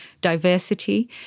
diversity